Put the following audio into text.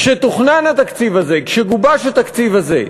כשתוכנן התקציב הזה, כשגובש התקציב הזה,